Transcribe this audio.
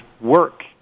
work